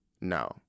No